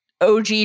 OG